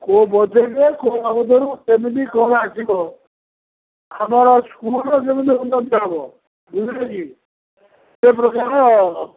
କୋଉ ବଜେଟ୍ରେ କୋଉ ବାବଦରୁ କେମିତି କ'ଣ ଆସିବ ଆମର ସ୍କୁଲ୍ର ଯେମିତି ଉନ୍ନତି ହେବ ବୁଝିଲେ କି ସେ ପ୍ରକାରର